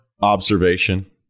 observation